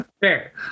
Fair